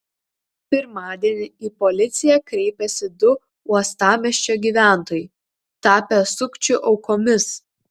pirmadienį į policiją kreipėsi du uostamiesčio gyventojai tapę sukčių aukomis